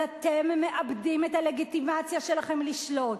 אז אתם מאבדים את הלגיטימציה שלכם לשלוט.